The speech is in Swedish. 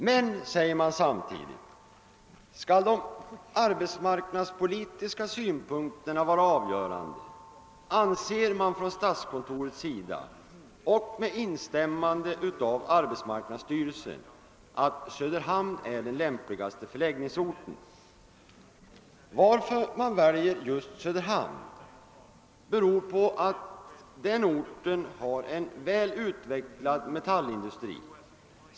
Men om de arbetsmarknadspolitiska synpunkterna skall vara avgörande anser statskontoret med instämmande av arbetsmarknadsstyrelsen att Söderhamn är den lämpligaste för läggningsorten. Anledning till att man väljer just Söderhamn är att den orten har en väl utvecklad metallindustri.